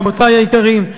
רבותי היקרים,